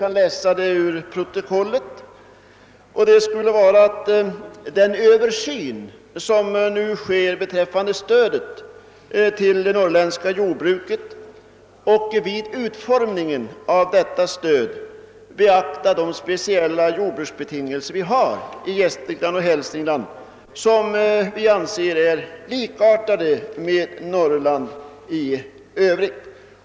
Jag skulle vilja be honom att han vid den översyn som nu görs beträffande stödet till det norrländska jordbruket och utformningen av detta stöd beaktar de speciella jordbruksbetingelser som vi har i Gästrikland och Hälsingland, som vi anser är likartade med Norrland i övrigt.